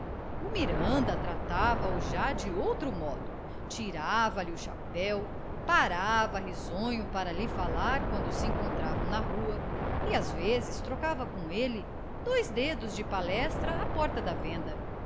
miranda tratava-o já de outro modo tirava-lhe o chapéu parava risonho para lhe falar quando se encontravam na rua e às vezes trocava com ele dois dedos de palestra à porta da venda